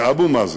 לאבו מאזן,